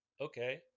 okay